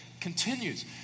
continues